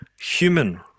human